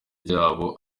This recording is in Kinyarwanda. jambo